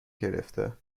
گرفته